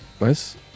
nice